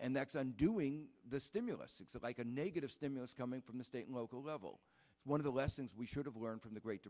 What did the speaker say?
and that's and doing the stimulus checks of like a negative stimulus coming from the state and local level one of the lessons we should have learned from the great